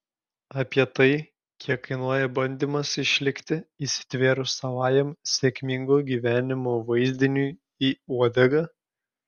apie tai kiek kainuoja bandymas išlikti įsitvėrus savajam sėkmingo gyvenimo vaizdiniui į uodegą